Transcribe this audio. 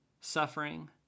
suffering